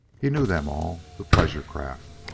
he knew them all the pleasure craft,